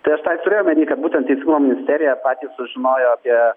tai aš tą ir turėjau omeny kad būtent teisingumo ministerija patys sužinojo apie